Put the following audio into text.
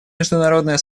международное